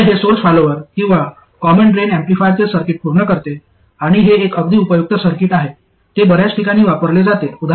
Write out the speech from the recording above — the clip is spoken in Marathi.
तर हे सोर्स फॉलोअर किंवा कॉमन ड्रेन एम्पलीफायरचे सर्किट पूर्ण करते आणि हे एक अगदी उपयुक्त सर्किट आहे ते बर्याच ठिकाणी वापरले जाते